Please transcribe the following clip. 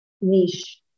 niche